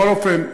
בכל אופן,